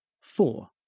Four